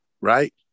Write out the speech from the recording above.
right